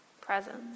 presence